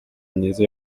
myiza